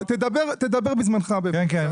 תדבר בזמנך, בבקשה.